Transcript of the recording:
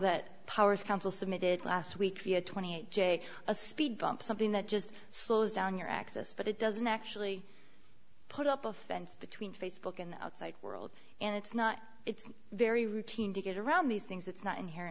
that powers council submitted last week via twenty eight j a speed bump something that just slows down your access but it doesn't actually put up a fence between facebook and outside world and it's not it's very routine to get around these things it's not inhe